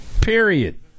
Period